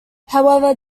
however